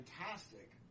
fantastic